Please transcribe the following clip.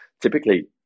typically